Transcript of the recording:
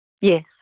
Yes